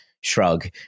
shrug